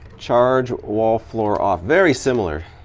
charge wall floor off. very similar.